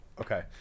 Okay